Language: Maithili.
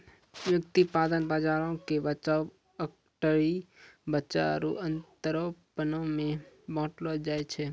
व्युत्पादन बजारो के बचाव, अटकरी, बचत आरु अंतरपनो मे बांटलो जाय छै